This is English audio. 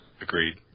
Agreed